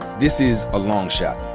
this is a long shot.